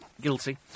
Guilty